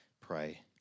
pray